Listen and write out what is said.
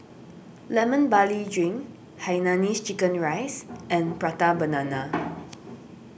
Lemon Barley Drink Hainanese Chicken Rice and Prata Banana